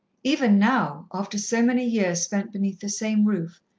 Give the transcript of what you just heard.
even now, after so many years spent beneath the same roof,